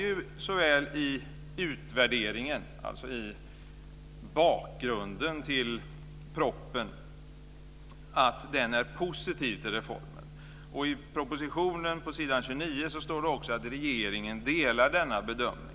Det står i utvärderingen, dvs. i bakgrunden till propositionen, att man är positiv till reformen. I propositionen på s. 29 står det också att regeringen delar denna bedömning.